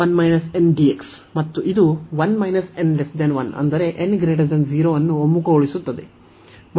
ಮತ್ತು ಇದು 1 n 1 ಅಂದರೆ n 0 ಅನ್ನು ಒಮ್ಮುಖಗೊಳಿಸುತ್ತದೆ